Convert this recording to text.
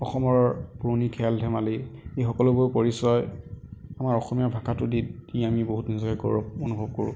অসমৰ পুৰণি খেল ধেমালী এই সকলোবোৰ পৰিচয় আমাৰ অসমীয়া ভাষাটোৰে দি দি আমি বহুত এনজয় কৰোঁ অনুভৱ কৰোঁ